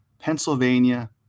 Pennsylvania